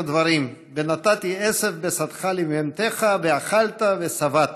דברים: "ונתתי עשב בשדך לבהמתך ואכלת ושבעת".